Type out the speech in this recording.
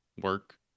work